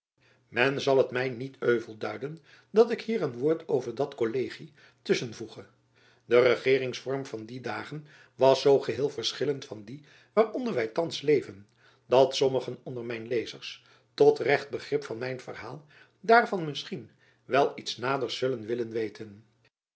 men zal het my niet euvel duiden dat ik hier een woord over dat kollegie tusschen voege de regeeringsvorm van die dagen was zoo geheel verschillend van dien waaronder wy thands leven dat sommigen onder mijn lezers tot recht begrip van mijn verhaal daarvan misschien wel iets naders zullen willen weten